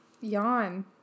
yawn